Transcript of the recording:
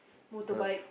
motorbike